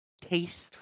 taste